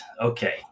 Okay